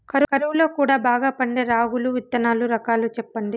కరువు లో కూడా బాగా పండే రాగులు విత్తనాలు రకాలు చెప్పండి?